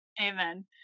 Amen